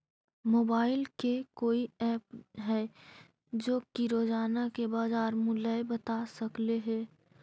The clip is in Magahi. मोबाईल के कोइ एप है जो कि रोजाना के बाजार मुलय बता सकले हे?